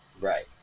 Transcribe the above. right